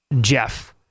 Jeff